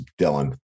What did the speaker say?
Dylan